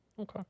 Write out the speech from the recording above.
Okay